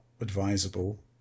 advisable